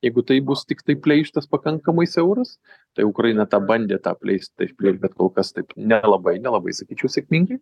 jeigu tai bus tiktai pleištas pakankamai siauras tai ukraina tą bandė tą pleistą išplėst bet kol kas taip nelabai nelabai sakyčiau sėkmingai